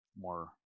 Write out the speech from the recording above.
more